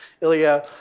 Ilya